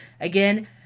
Again